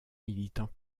militants